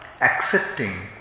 accepting